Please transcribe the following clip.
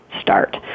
start